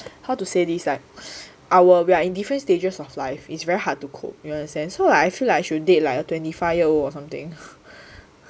how to say this like our we are in different stages of life is very hard to cope you understand so I feel I should date like a twenty five year old or something